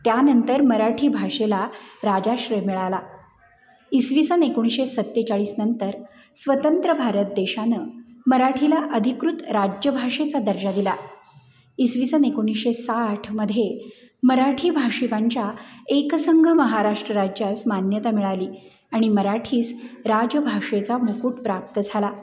त्यानंतर मराठी भाषेला राजाश्रय मिळाला ईसवीसन एकोणीसशे सत्तेचाळीस नंतर स्वतंत्र भारत देशानं मराठीला अधिकृत राज्यभाषेचा दर्जा दिला ईसवीसन एकोणीसशे साठमध्ये मराठी भाषिकांच्या एक संघ महाराष्ट्र राज्यास मान्यता मिळाली आणि मराठीस राज्यभाषेचा मुकुट प्राप्त झाला